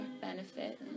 benefit